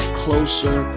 closer